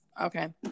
Okay